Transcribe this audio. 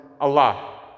Allah